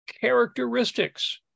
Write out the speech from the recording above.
characteristics